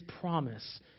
promise